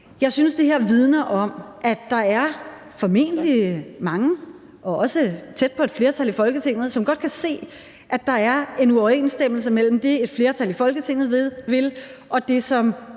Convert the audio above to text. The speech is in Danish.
Jeg synes, det her vidner om, at der formentlig er mange – nok også tæt på et flertal i Folketinget – som godt kan se, at der er en uoverensstemmelse mellem det, som et flertal i Folketinget vil, og det, som